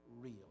real